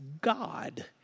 God